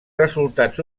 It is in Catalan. resultats